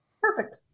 Perfect